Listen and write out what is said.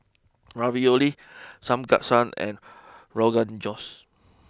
Ravioli Samgeyopsal and Rogan Josh